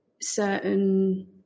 certain